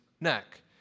neck